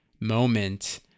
moment